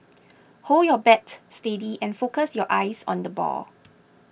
hold your bat steady and focus your eyes on the ball